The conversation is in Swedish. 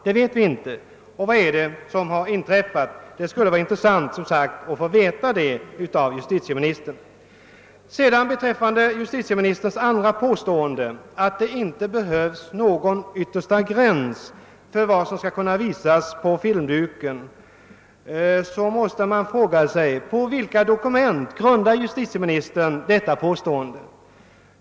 Det vet vi inte. Vad är det som har inträffat? Det skulle vara intressant att få veta det av justitieministern. Beträffande justitieministerns andra påstående, att det inte behövs någon yttersta gräns för vad som skall kunna visas på filmduken, måste man fråga sig: På vilka dokument grundar justitieministern denna uppfattning?